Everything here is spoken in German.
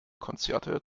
konzerte